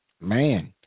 man